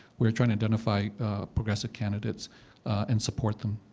we're trying to identify progressive candidates and support them.